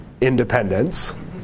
independence